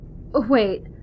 Wait